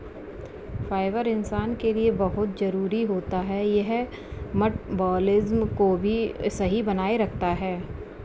fibre इंसान के लिए बहुत जरूरी होता है यह मटबॉलिज़्म को भी सही बनाए रखता है